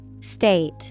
State